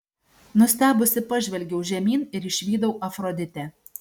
nustebusi pažvelgiau žemyn ir išvydau afroditę